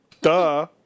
duh